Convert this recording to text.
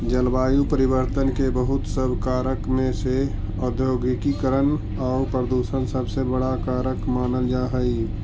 जलवायु परिवर्तन के बहुत सब कारक में से औद्योगिकीकरण आउ प्रदूषण सबसे बड़ा कारक मानल जा हई